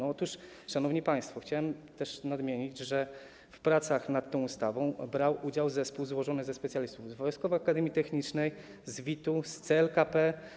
Otóż, szanowni państwo, chciałbym też nadmienić, że w pracach nad tą ustawą brał udział zespół złożony ze specjalistów z Wojskowej Akademii Technicznej, z WIT-u, z CLKP.